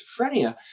schizophrenia